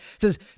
says